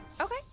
Okay